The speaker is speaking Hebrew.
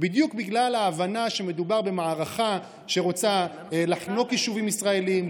בדיוק בגלל ההבנה שמדובר במערכה שרוצה לחנוק יישובים ישראליים,